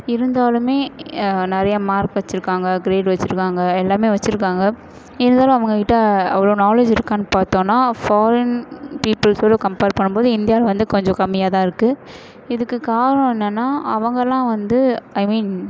இருந்தாலும் நிறைய மார்க் வச்சுருக்காங்க க்ரேட் வச்சுருக்காங்க எல்லாமே வச்சுருக்காங்க இருந்தாலும் அவங்கக்கிட்ட அவ்வளோ நாலேஜ் இருக்கான்னு பார்த்தோன்னா ஃபாரின் பீப்புள்ஸோட கம்பேர் பண்ணும் போது இந்தியாவில் வந்து கொஞ்சம் கம்மியாக தான் இருக்குது இதுக்கு காரணம் என்னன்னால் அவர்களாம் வந்து ஐ மீன்